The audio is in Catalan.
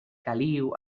caliu